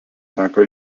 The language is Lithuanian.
teka